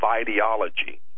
ideology